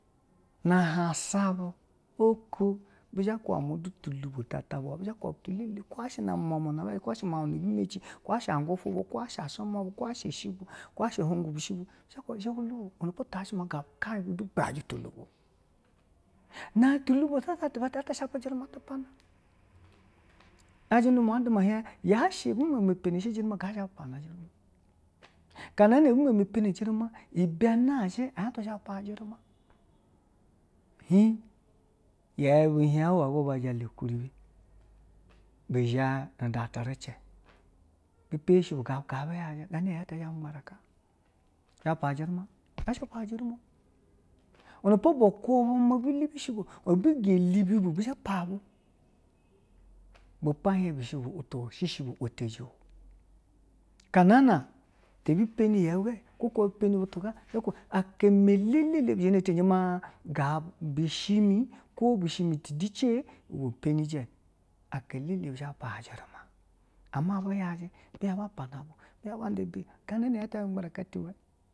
Na hansa bu iko bizha ba kuba ma tu tulubo ti zhe ta bu waa nu umwamwa na a biyayi kwo yashi miaun na a bi meci kwo ya shi angufwubu kwo yashi a shumwa bu kwo ya shi a sibu kwo yashi o hwogwu bishi bu iwenepo ti yashi maa ga tu bu yaji tulubo, no tulubo tu ata ti ba tazhe ta she pe ujiruma tu pani yaji dumwu a duma ɛ hien yashi ɛ bi me me peni ujiruma ga ba zha ma bu pana ujiruma, gana nana a bi mee mee peni ujiruma ibe nazhi atwa zha ma bu pana ujiruma, hiin yeu bu hien hwiyago ba jala ukuribi bi zhe ne da tirace bu peni shi bu ga bu kaa bu yaji ganana yeu ita zha ma bu gbanra ka za bi pana ujiruma bu zha shi ma pana ujiruma iwenepo bu kuba ma bulubi shi bu: ɛbu ga lubi bu, bi zhe ba pana bu ibepo ihien biahi bu̱tu̱ shi shi bu wodeji o, aka nana ɛ peni yeu kwo ku waa peni butu ga, aka mee lɛlɛ buzhi ni na teje ma g bishi mi kwo bishi mi ɛtiduce ibwe penilja aka lɛlɛ bu zhi maa ujiruma, ama biyaji bi hien ba pana na bu, bu hien.